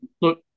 look